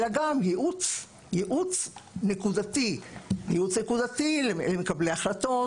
אלא גם ייעוץ נקודתי למקבלי החלטות,